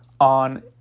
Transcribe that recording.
on